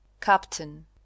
captain